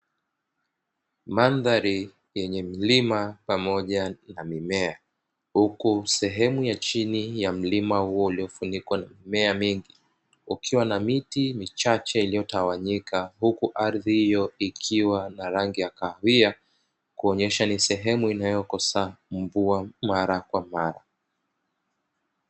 Madhari yenye mlima pamoja na mimea, huku sehemu ya chini ya mlima huo uliofunikwa na mimea mingi, ukiwa na miti michache iliyotawanyika, huku ardhi hiyo ikiwa na rangi ya kahawia, kuonyesha ni sehemu inayokosea mvua mara kwa mara.